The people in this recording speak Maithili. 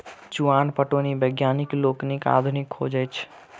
चुआन पटौनी वैज्ञानिक लोकनिक आधुनिक खोज अछि